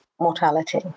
mortality